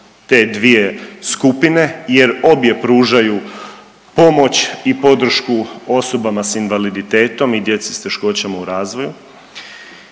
te dvije skupine jer obje pružaju pomoć i podršku osobama s invaliditetom i djeci s teškoćama u razvoju